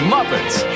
Muppets